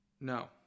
no